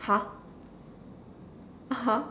!huh! (uh huh)